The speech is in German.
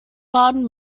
baden